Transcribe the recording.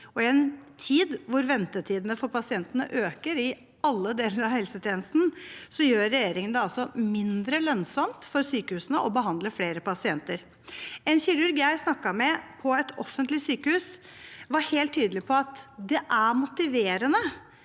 I en tid hvor ventetidene for pasientene øker i alle deler av helsetjenesten, gjør regjeringen det mindre lønnsomt for sykehusene å behandle flere pasienter. En kirurg på et offentlig sykehus jeg snakket med, var helt tydelig på at det er motiverende